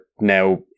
now